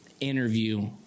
interview